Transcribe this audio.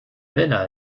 vella